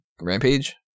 Rampage